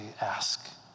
ask